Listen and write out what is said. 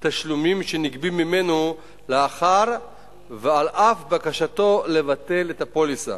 תשלומים שנגבים ממנו לאחר ועל אף בקשתו לבטל את הפוליסה.